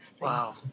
wow